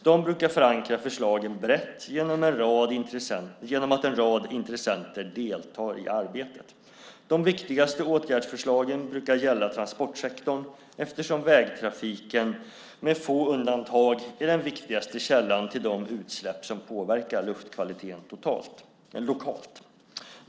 De brukar förankra förslagen brett genom att en rad intressenter deltar i arbetet. De viktigaste åtgärdsförslagen brukar gälla transportsektorn eftersom vägtrafiken med få undantag är den viktigaste källan till de utsläpp som påverkar luftkvaliteten lokalt.